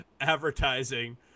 advertising